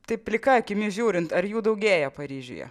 tai plika akimi žiūrint ar jų daugėja paryžiuje